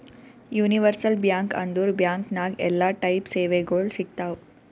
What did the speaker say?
universal bank ಅಂದುರ್ bank ನಾಗ್ ಎಲ್ಲಾ ಟೈಪ್ ಸೇವೆಗೊಳ್ ಸಿಗ್ತಾವ್